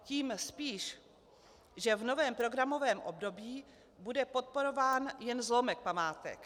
Tím spíš, že v novém programovém období bude podporován jen zlomek památek.